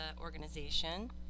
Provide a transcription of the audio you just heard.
organization